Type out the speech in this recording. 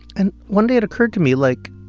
and one day, it occurred to me, like,